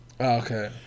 Okay